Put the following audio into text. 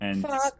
Fuck